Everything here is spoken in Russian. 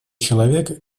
человек